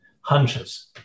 hunches